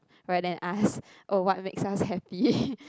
rather than ask oh what makes us happy